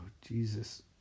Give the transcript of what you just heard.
Jesus